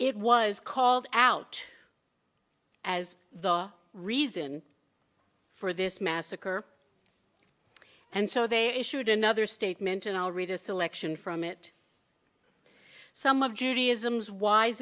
it was called out as the reason for this massacre and so they issued another statement and i'll read a selection from it some of judaism